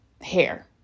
hair